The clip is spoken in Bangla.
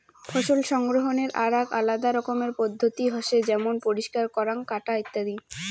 ফসল সংগ্রহনের আরাক আলাদা রকমের পদ্ধতি হসে যেমন পরিষ্কার করাঙ, কাটা ইত্যাদি